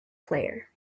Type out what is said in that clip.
player